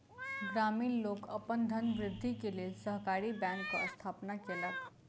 ग्रामीण लोक अपन धनवृद्धि के लेल सहकारी बैंकक स्थापना केलक